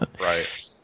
Right